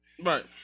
Right